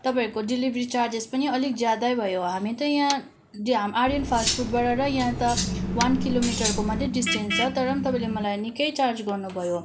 तपाईँहरूको delivery charges पनि अलिक ज्यादै भयो हामी त यहाँ आर्यन फास्टफुडबाट र यहाँ तक वान किलोमिटरको मात्रै डिस्टेन्स छ तर पनि तपाईँले मलाई निकै चार्ज गर्नुभयो